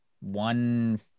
one